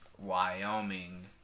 Wyoming